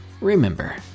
Remember